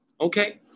Okay